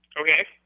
Okay